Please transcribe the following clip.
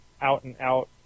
out-and-out